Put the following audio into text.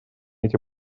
эти